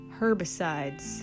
herbicides